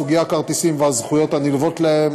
סוגי כרטיסים והזכויות הנלוות להם,